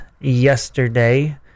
yesterday